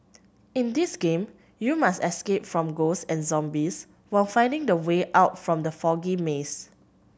in this game you must escape from ghosts and zombies while finding the way out from the foggy maze